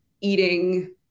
eating